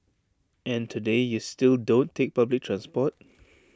and today you still don't take public transport